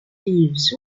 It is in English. fiefs